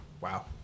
wow